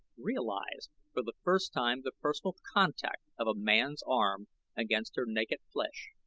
realized for the first time the personal contact of a man's arm against her naked flesh.